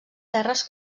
terres